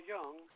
Young